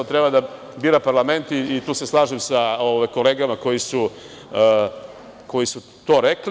Treba da bira parlament, tu se slažem sa kolegama koji su to rekli.